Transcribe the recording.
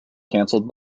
canceled